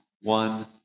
one